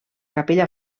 capella